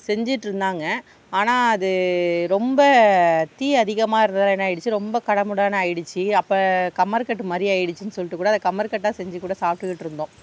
செஞ்சிட்யிருந்தாங்க ஆனால் அது ரொம்ப தீ அதிகமாக இருந்ததுனால் என்ன ஆயிடுச்சு ரொம்ப கடமுடான்னு ஆயிடுச்சு அப் கமருக்கட்டு மாதிரி ஆயிடுச்சின்னு சொல்லிட்டு கூட கமருகட்டாக அதை செஞ்சு கூட சாப்டுகிட்யிருந்தோம்